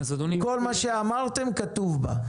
כל מה שאמרתם כתוב בה.